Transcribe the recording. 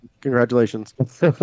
Congratulations